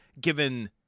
given